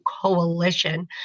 coalition